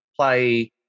play